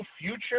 future